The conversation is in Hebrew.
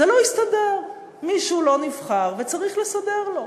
זה לא הסתדר, מישהו לא נבחר, וצריך לסדר לו.